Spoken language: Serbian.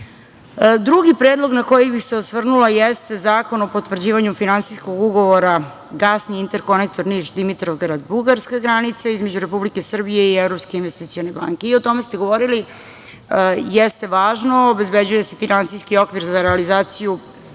predlog na koji bih se osvrnula jeste Zakon o potvrđivanju Finansijskog ugovora Gasni interkonektor Niš-Dimitrovgrad-Bugarska (granica) između Republike Srbije i Evropske investicione banke. I o tome ste govorili. Jeste važno, obezbeđuje se finansijski okvir za realizaciju,